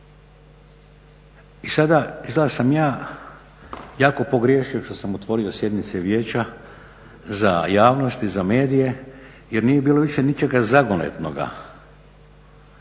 i sada izgleda da sam ja jako pogriješio što sam otvorio sjednice vijeća za javnost i za medije jer nije bilo više ničega zagonetnoga.